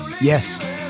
yes